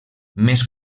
més